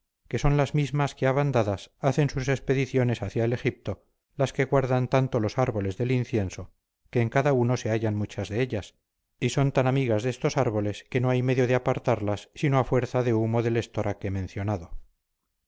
que son las mismas que a bandadas hacen sus expediciones hacia el egipto las que guardan tanto los árboles del incienso que en cada uno se hallan muchas de ellas y sola tan amigas de estos árboles que no hay medio de apartarlas sino a fuerza de humo del estoraque mencionado